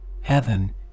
Heaven